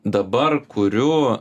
dabar kuriu